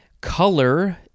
Color